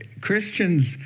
Christians